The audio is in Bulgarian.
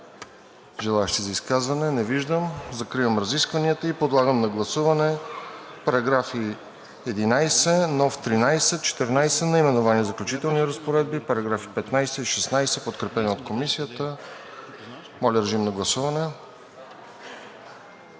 желаещи за изказване? Не виждам. Закривам разискванията. Подлагам на гласуване параграфи 11, нов 13, 14, наименование „Заключителни разпоредби“, параграфи 15 и 16, подкрепени от Комисията. Гласували